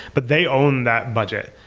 but they own that budget.